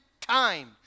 time